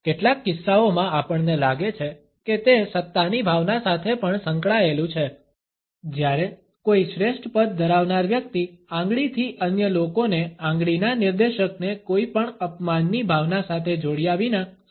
કેટલાક કિસ્સાઓમાં આપણને લાગે છે કે તે સત્તાની ભાવના સાથે પણ સંકળાયેલું છે જ્યારે કોઈ શ્રેષ્ઠ પદ ધરાવનાર વ્યક્તિ આંગળીથી અન્ય લોકોને આંગળીના નિર્દેશકને કોઈપણ અપમાનની ભાવના સાથે જોડ્યા વિના સૂચવી શકે છે